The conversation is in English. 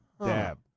dab